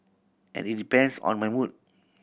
and it depends on my mood